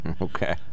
Okay